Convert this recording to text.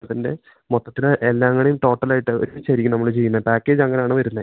ഇതിൻ്റെ മൊത്തത്തില് എല്ലാം കൂടി ട്ടോട്ടലായിട്ട് ഒരുമിച്ചായിരിക്കും നമ്മള് ചെയ്യ്ന്നെ പാക്കേജങ്ങനാണ് വര്ന്നെ